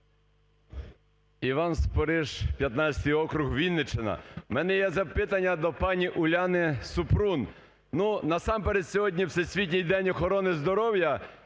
Іван Спориш, 15 округ, Вінниччина. У мене є запитання до пані Уляни Супрун. Ну, насамперед, сьогодні Всесвітній день охорони здоров'я.